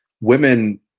women